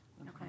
Okay